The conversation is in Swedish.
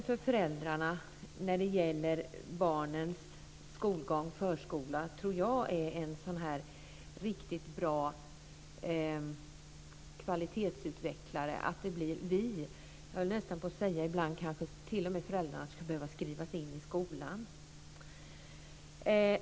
Föräldrarnas delaktighet i barnens skolgång och i förskolan är en riktigt bra kvalitetsutvecklare. Jag höll nästan på att säga att man ibland t.o.m. skulle behöva skriva in föräldrarna i skolan.